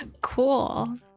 cool